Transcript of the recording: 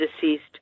deceased